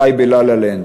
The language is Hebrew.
חי ב"לה לה לנד".